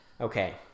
Okay